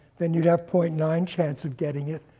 then you'd have point nine chance of getting it,